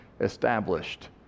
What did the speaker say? established